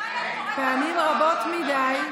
פעמים רבות מדי,